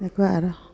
এনেকুৱা আৰু